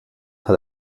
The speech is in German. hat